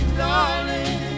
darling